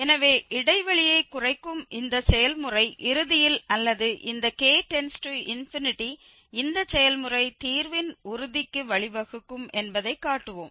எனவே இடைவெளியைக் குறைக்கும் இந்த செயல்முறை இறுதியில் அல்லது இந்த k→∞ இந்த செயல்முறை தீர்வின் உறுதிக்கு வழிவகுக்கும் என்பதைக் காட்டுவோம்